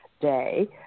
day